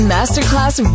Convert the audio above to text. Masterclass